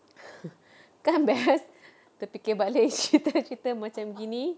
kan best terfikir balik cerita-cerita macam gini